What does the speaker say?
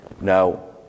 Now